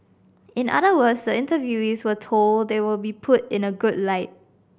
in other words the interviewees were told they will be put in a good light